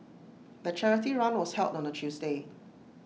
the charity run was held on A Tuesday